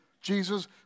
Jesus